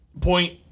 point